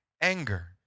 anger